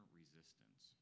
resistance